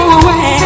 away